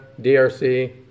DRC